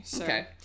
Okay